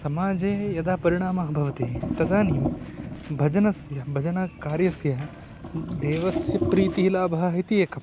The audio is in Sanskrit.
समाजे यदा परिणामः भवति तदानीं भजनस्य भजनाकार्यस्य देवस्य प्रीतिः लाभः इति एकम्